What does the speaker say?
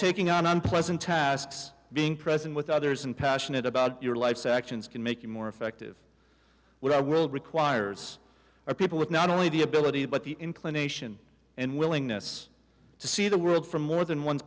taking on unpleasant tasks being present with others and passionate about your life's actions can make you more effective with our world requires are people with not only the ability but the inclination and willingness to see the world from more than one